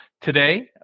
Today